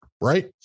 Right